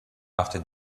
after